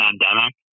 pandemic